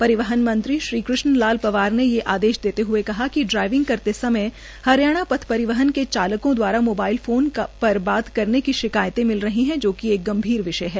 प रवहन मं ीी कु ण लाल पवार ने यह आदेश देते हए कहा क ाई वंग करते समय ह रयाणा रोडवेज के चालक वारा मोबाइल फोन पर बात करने क शकायत मल रह है जो क एक गंभीर वषय है